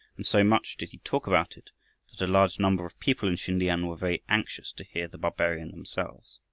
and so much did he talk about it that a large number of people in sin-tiam were very anxious to hear the barbarian themselves.